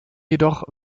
jedoch